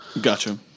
Gotcha